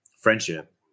friendship